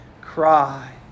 cry